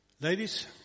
Ladies